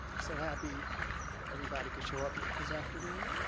so happy everybody could show up this afternoon.